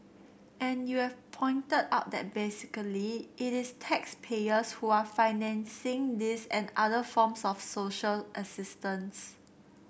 and you have pointed out that basically it is taxpayers who are financing this and other forms of social assistance